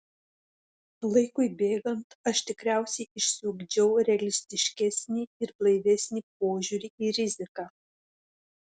laikui bėgant aš tikriausiai išsiugdžiau realistiškesnį ir blaivesnį požiūrį į riziką